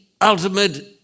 ultimate